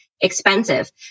expensive